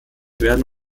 werden